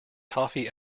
toffee